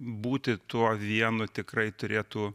būti tuo vienu tikrai turėtų